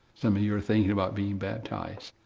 some of you are thinking about being baptized,